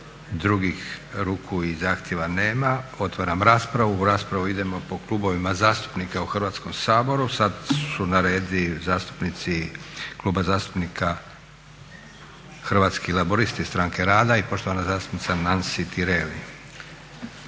Drugih ruku i zahtjeva nema. Otvaram raspravu. U raspravu idemo po klubovima zastupnika u Hrvatskom saboru. Sad su na redu zastupnici Kluba zastupnika Hrvatski laburisti-Stranka rada i poštovana zastupnica Nansi Tireli.